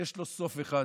יש לו סוף אחד: